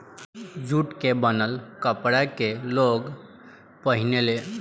jute के बनल कपड़ा के लोग पहिने ले